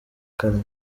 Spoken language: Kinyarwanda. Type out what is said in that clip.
kamyo